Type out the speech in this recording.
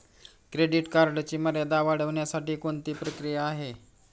Credit कार्डची मर्यादा वाढवण्यासाठी कोणती प्रक्रिया आहे?